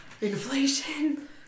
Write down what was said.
inflation